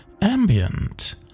ambient